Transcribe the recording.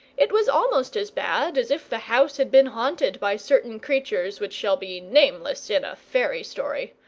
it was almost as bad as if the house had been haunted by certain creatures which shall be nameless in a fairy story,